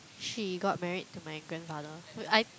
she got married to my grandfather wait I